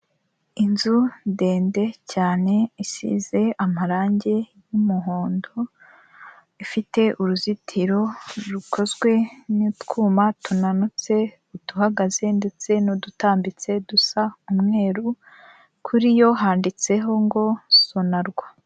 Inzu ndende cyane isize amarangi y'umuhondo ifite uruzitiro rukozwe n'utwuma tunanutse uduhagaze ndetse n'udutambitse dusa umweru kuri yo handitseho ngo sonarwa.